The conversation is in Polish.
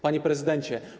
Panie Prezydencie!